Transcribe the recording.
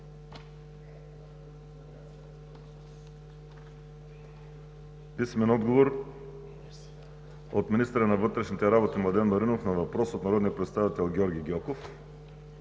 Елхан Кълков; - министъра на вътрешните работи Младен Маринов на въпрос от народния представител Георги Гьоков;